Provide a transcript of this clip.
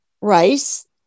rice